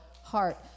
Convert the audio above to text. heart